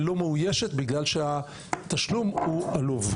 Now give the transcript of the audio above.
בגלל שהתשלום הוא עלוב,